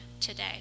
today